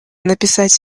написать